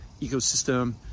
ecosystem